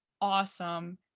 awesome